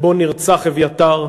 שבו נרצח אביתר,